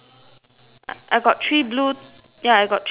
I I got three blue ya I got three blue two white